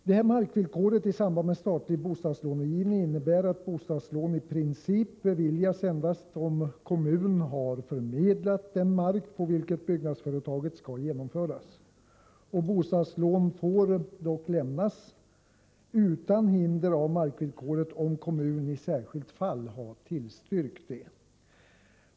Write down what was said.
Markvillkoret i samband med statlig bostadslångivning innebär att bostadslån i princip beviljas endast om kommun har förmedlat den mark på vilken byggnadsföretaget skall genomföras. Bostadslån får dock lämnas utan hinder av markvillkoret om kommun i särskilt fall tillstyrkt det.